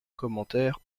commentaire